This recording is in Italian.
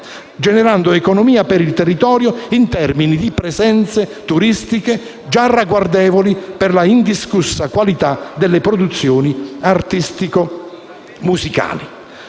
generando economia per il territorio in termini di presenze turistiche già ragguardevoli per la indiscussa qualità delle produzioni artistico musicali.